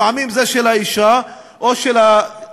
לפעמים זה של האישה או של בן-הזוג,